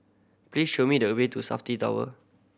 please show me the way to Safti Tower